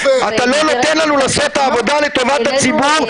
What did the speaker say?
אתה לא נותן לנו לעשות את העבודה לטובת הציבור,